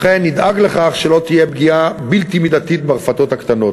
לכן נדאג שלא תהיה פגיעה בלתי מידתית ברפתות הקטנות,